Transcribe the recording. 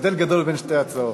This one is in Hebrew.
יש הבדל גדול בין שתי ההצעות.